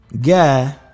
guy